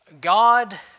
God